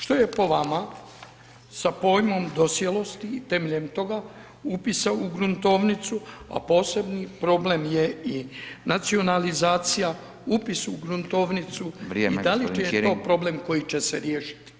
Što je po vama, sa pojmom dosjelosti temeljem toga upisa u gruntovnicu, a posebni problem je i nacionalizacija, upis u gruntovnicu [[Upadica: Vrijeme, g. Kirin.]] i da li je to problem koji će se riješiti?